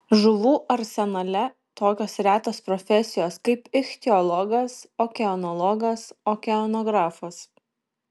žuvų arsenale tokios retos profesijos kaip ichtiologas okeanologas okeanografas